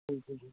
جی